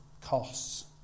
costs